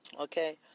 Okay